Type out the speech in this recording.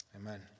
Amen